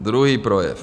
Druhý projev.